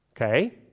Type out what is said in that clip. Okay